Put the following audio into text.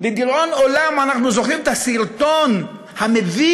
לדיראון עולם אנחנו זוכרים את הסרטון המביש,